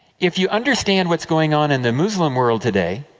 if you understand what is going on in the muslim world, today,